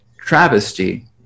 travesty